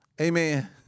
Amen